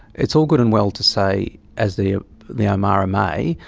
it's all good and well to say, as the the omara may,